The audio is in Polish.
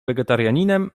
wegetarianinem